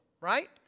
right